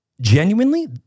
Genuinely